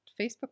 Facebook